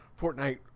Fortnite